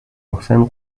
محسن